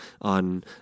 on